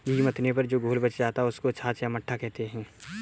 घी मथने पर जो घोल बच जाता है, उसको छाछ या मट्ठा कहते हैं